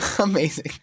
Amazing